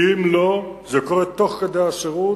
כי אם לא, זה קורה תוך כדי השירות,